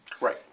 Right